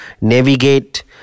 navigate